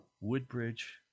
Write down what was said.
Woodbridge